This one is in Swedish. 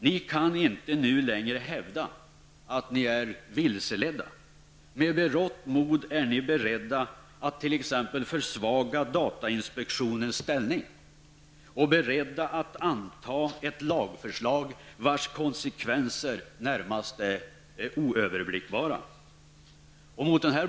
Nu kan ni inte längre hävda att ni är vilseledda. Med berått mod är ni beredda att försvaga datainspektionens ställning och att anta ett lagförslag, vars konsekvenser närmast är oöverblickbara.